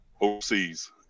overseas